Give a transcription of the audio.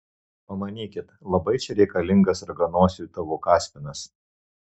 pamanykit labai čia reikalingas raganosiui tavo kaspinas